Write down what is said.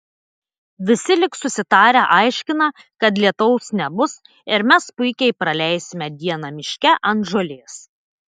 visi lyg susitarę aiškina kad lietaus nebus ir mes puikiai praleisime dieną miške ant žolės